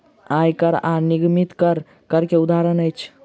आय कर आ निगमित कर, कर के उदाहरण अछि